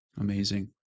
amazing